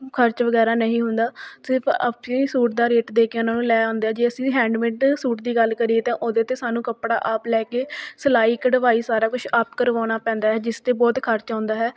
ਖਰਚ ਵਗੈਰਾ ਨਹੀਂ ਹੁੰਦਾ ਸਿਰਫ ਆਪੇ ਸੂਟ ਦਾ ਰੇਟ ਦੇ ਕੇ ਉਹਨਾਂ ਨੂੰ ਲੈ ਆਉਂਦੇ ਆ ਜੇ ਅਸੀਂ ਹੈਂਡਮੈਟ ਸੂਟ ਦੀ ਗੱਲ ਕਰੀਏ ਤਾਂ ਉਹਦੇ 'ਤੇ ਸਾਨੂੰ ਕੱਪੜਾ ਆਪ ਲੈ ਕੇ ਸਿਲਾਈ ਕਢਵਾਈ ਸਾਰਾ ਕੁਛ ਆਪ ਕਰਵਾਉਣਾ ਪੈਂਦਾ ਹੈ ਜਿਸ 'ਤੇ ਬਹੁਤ ਖਰਚ ਆਉਂਦਾ ਹੈ